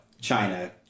China